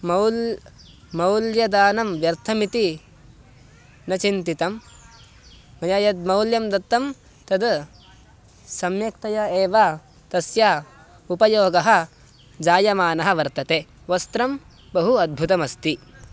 मौल्यं मौल्यदानं व्यर्थमिति न चिन्तितं मया यद्मौल्यं दत्तं तद् सम्यक्तया एव तस्य उपयोगः जायमानः वर्तते वस्त्रं बहु अद्भुतमस्ति